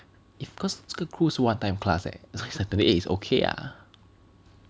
if cause 这个 crew 是 one time class leh like saturday is okay ah